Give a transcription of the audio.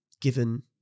given